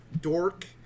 Dork